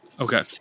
Okay